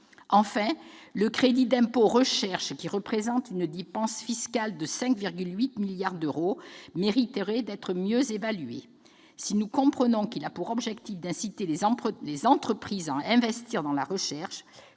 Enfin, le crédit d'impôt recherche, qui représente une dépense fiscale de 5,8 milliards d'euros, mériterait d'être mieux évalué. Si nous comprenons qu'il a pour objectif d'inciter les entreprises à investir dans la recherche,